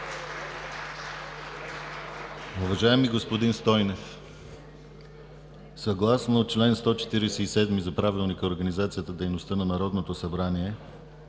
Уважаеми господин Стойнев, съгласно чл. 147 от Правилника за организацията и дейността на Народното събрание,